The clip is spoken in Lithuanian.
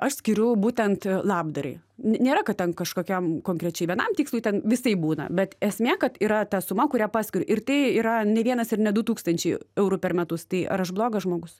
aš skiriu būtent labdarai ne nėra kad ten kažkokiam konkrečiai vienam tikslui ten visaip būna bet esmė kad yra ta suma kurią paskiriu ir tai yra ne vienas ir ne du tūkstančiai eurų per metus tai ar aš blogas žmogus